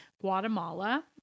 guatemala